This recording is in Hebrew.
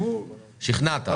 שכנעת.